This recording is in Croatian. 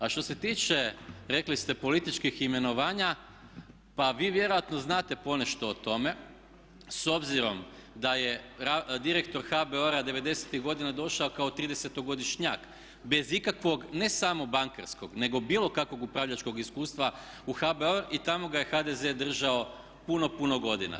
A što se tiče, rekli ste, političkih imenovanja, pa vi vjerojatno znate ponešto o tome s obzirom da je direktor HBOR-a '90.-ih godina došao kao 30.-godišnjak bez ikakvog, ne samo bankarskog nego bilo kakvog upravljačkog iskustva u HBOR i tamo ga je HDZ držao puno, puno godina.